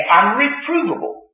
unreprovable